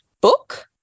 book